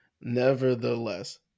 Nevertheless